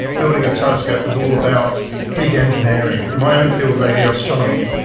building a telescope was all about big engineering. in my own field, radio astronomy,